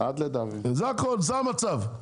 זה המצב.